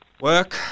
Work